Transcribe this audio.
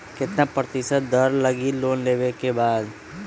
कितना प्रतिशत दर लगी लोन लेबे के बाद?